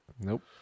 Nope